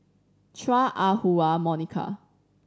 Chua Ah Huwa Monica